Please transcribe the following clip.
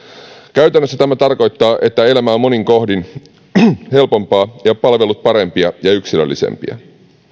käytännössä tämä tarkoittaa että elämä on monin kohdin helpompaa ja palvelut parempia ja yksilöllisempiä